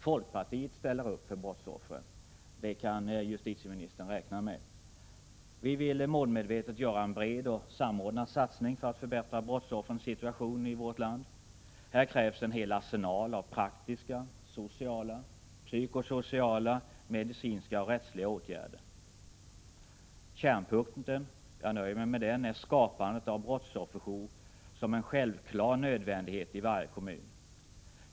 Folkpartiet ställer upp för brottsoffren — det kan justitieministern räkna med. Vi vill målmedvetet göra en bred och samordnad satsning för att förbättra brottsoffrens situation i vårt land. Här krävs en hel arsenal av praktiska, sociala, psykosociala, medicinska och rättsliga åtgärder. Kärnpunkten — jag nöjer mig med den — är skapandet av brottsofferjour som en självklarhet i varje kommun.